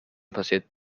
passiert